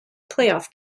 playoff